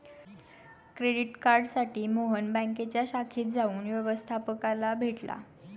credit कार्डसाठी मोहन बँकेच्या शाखेत जाऊन व्यवस्थपकाला भेटला